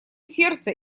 сердца